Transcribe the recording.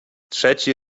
trzeci